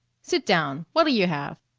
sit down. what'll you have?